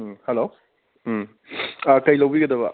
ꯎꯝ ꯍꯜꯂꯣ ꯎꯝ ꯑꯥ ꯀꯔꯤ ꯂꯧꯕꯤꯒꯗꯕ